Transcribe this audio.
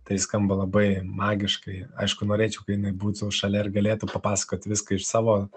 tai skamba labai magiškai aišku norėčiau kad jinai būtų šalia ir galėtų papasakot viską iš savo